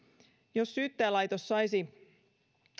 jos syyttäjälaitos saisi